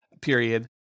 period